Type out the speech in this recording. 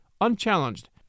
unchallenged